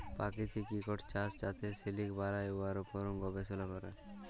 পাকিতিক ইকট চাষ যাতে সিলিক বালাই, উয়ার উপর গবেষলা ক্যরে